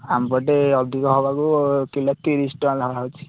ଆମ ପଟେ ଅଧିକ ହେବାକୁ କିଲୋ ତିରିଶ ଟଙ୍କା ଲେଖାଏଁ ଯାଉଛି